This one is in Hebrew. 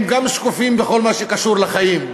הם גם שקופים בכל מה שקשור לחיים.